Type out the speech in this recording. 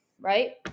right